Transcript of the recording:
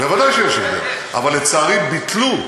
בוודאי שיש הבדל, אבל לצערי ביטלו.